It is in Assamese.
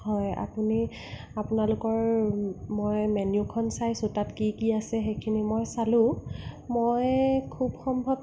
হয় আপুনি আপুনি আপোনালোকৰ মই মেন্য়ুখন চাইছোঁ তাত কি কি আছে সেইখিনি মই চালোঁ মই খুব সম্ভৱ